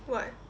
what